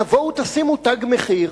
תבואו תשימו תג מחיר,